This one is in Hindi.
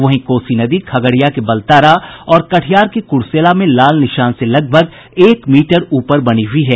वहीं कोसी नदी खगड़िया के बलतारा और कटिहार के कुर्सेला में लाल निशान से लगभग एक मीटर ऊपर बनी हुई है